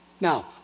Now